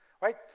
right